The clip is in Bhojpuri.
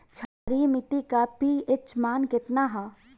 क्षारीय मीट्टी का पी.एच मान कितना ह?